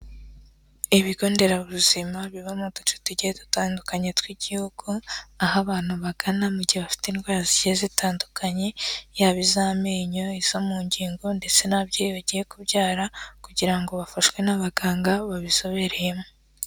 Ibigo nderabuzima biba mu duce tugiye dutandukanye tw'igihugu, aho abantu bagana mu gihe bafite indwara zigiye zitandukanye, yaba iz'amenyo, izo mu ngingo, ndetse n'ababyeyi bagiye kubyara kugira ngo bafashwe n'abaganga babizobereyemo.